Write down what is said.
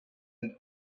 and